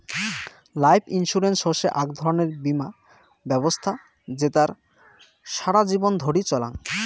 life insurance হসে আক ধরণের বীমা ব্যবছস্থা জেতার সারা জীবন ধরি চলাঙ